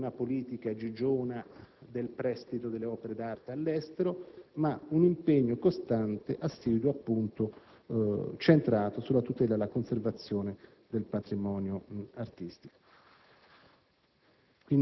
non una politica "gigiona" del prestito delle opere d'arte all'estero, ma un impegno costante, assiduo, centrato sulla tutela e la conservazione del patrimonio artistico.